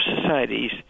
societies